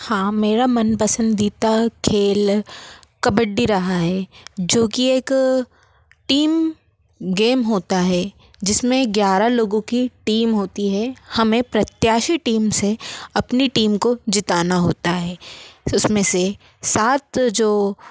हाँ मेरा मन पसंदीदा खेल कबड्डी रहा है जोकि एक टीम गेम होता है जिसमे ग्यारह लोगों की टीम होती है हमें प्रत्याशी टीम से अपनी टीम को जितना होता है उसमें से सात जो